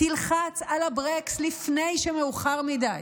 תלחץ על הברקס לפני שמאוחר מדי.